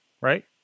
right